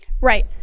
Right